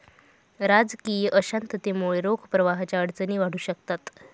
राजकीय अशांततेमुळे रोख प्रवाहाच्या अडचणी वाढू शकतात